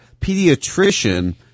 pediatrician